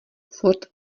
furt